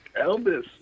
Elvis